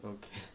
okay